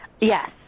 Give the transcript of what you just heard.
Yes